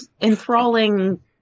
enthralling